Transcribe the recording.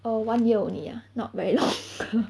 orh one year only lah not very long